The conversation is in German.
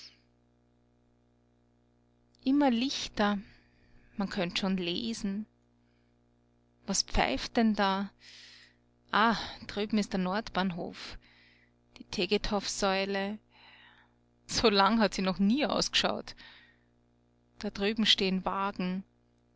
immer lichter man könnt schon lesen was pfeift denn da ah drüben ist der nordbahnhof die tegetthoffsäule so lang hat sie noch nie ausg'schaut da drüben stehen wagen